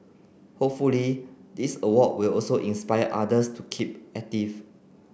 hopefully this award will also inspire others to keep active